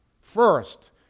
first